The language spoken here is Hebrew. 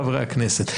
חברי הכנסת.